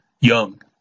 young